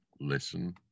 listen